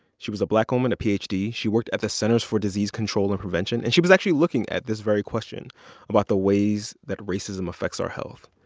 she was a black woman, a ph d, she worked at the centers for disease control and prevention, and she was actually looking at this very question about the ways that racism affects our health.